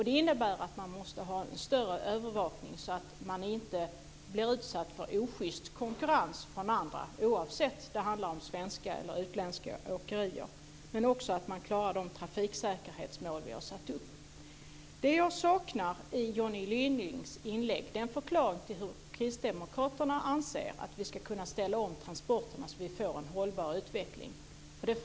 Det innebär att det måste finnas mer av övervakning, så att man inte blir utsatt för oschyst konkurrens från andra, oavsett om det handlar om svenska eller utländska åkerier, och så att man svarar upp mot de trafiksäkerhetsmål som vi har satt upp. Det som jag saknar i Johnny Gyllings inlägg är en förklaring av hur kristdemokraterna anser att vi ska kunna ställa om transporterna så att vi får en hållbar utveckling.